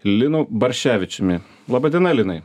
linu barščevičiumi laba diena linai